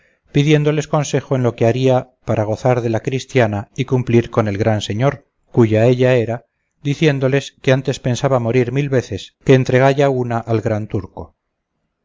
pidiéndoles consejo en lo que haría para gozar de la cristiana y cumplir con el gran señor cuya ella era diciéndoles que antes pensaba morir mil veces que entregalla una al gran turco